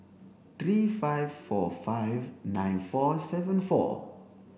three five four five nine four seven four